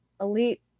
elite